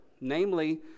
namely